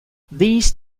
these